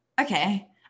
okay